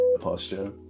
posture